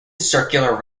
circular